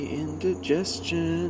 indigestion